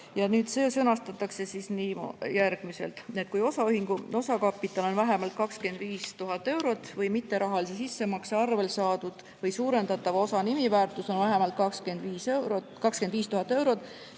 Nüüd see sõnastatakse järgmiselt: "Kui osaühingu osakapital on vähemalt 25 000 eurot või mitterahalise sissemakse arvel saadud või suurendatava osa nimiväärtus on vähemalt 25 000 eurot,